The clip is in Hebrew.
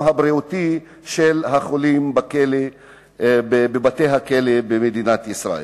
הבריאותי של החולים בבתי-הכלא במדינת ישראל.